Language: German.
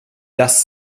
das